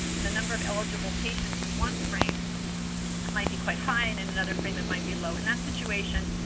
and the number of eligible patients in one frame might be quite high and and another frame, it might be low. in that situation,